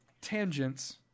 tangents